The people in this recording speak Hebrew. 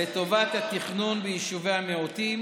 לטובת התכנון ביישובי המיעוטים,